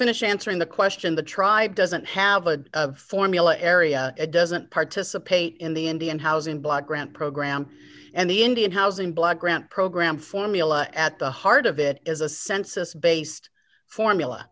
finish answering the question the tribe doesn't have a formula area it doesn't participate in the indian housing block grant program and the indian housing block grant program formula at the heart of it is a census based formula